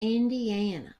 indiana